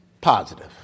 positive